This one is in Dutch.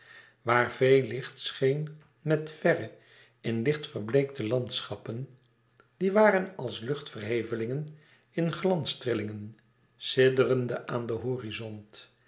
waar veel licht scheen met verre in licht verbleekte landschappen die waren als luchtverhevelingen in glanstrillingen sidderende aan den horizont